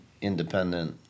independent